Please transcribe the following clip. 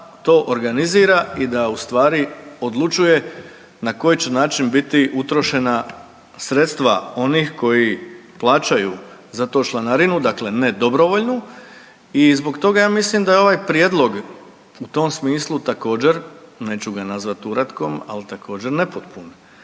to organizira i da u stvari odlučuje na koji će način biti utrošena sredstva onih koji plaćaju za to članarinu, dakle ne dobrovoljnu. I zbog toga ja mislim da je ovaj prijedlog u tom smislu također neću ga nazvati uratkom ali također nepotpun.